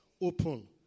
open